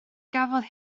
gafodd